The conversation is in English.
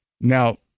Now